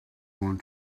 want